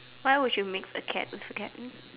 why would you mix a cat with a cat